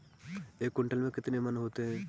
एक क्विंटल में कितने मन होते हैं?